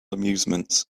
amusements